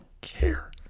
care